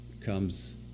comes